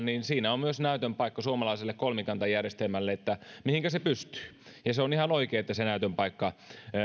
niin siinä on myös näytön paikka suomalaiselle kolmikantajärjestelmälle että mihinkä se pystyy ja se on ihan oikein että se näytön paikka